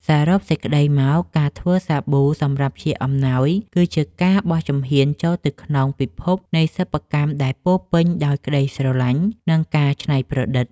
សរុបសេចក្ដីមក ការធ្វើសាប៊ូសម្រាប់ជាអំណោយ គឺជាការបោះជំហានចូលទៅក្នុងពិភពនៃសិប្បកម្មដែលពោរពេញដោយក្តីស្រឡាញ់ និងការច្នៃប្រឌិត។